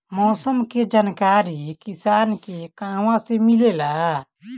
मौसम के जानकारी किसान के कहवा से मिलेला?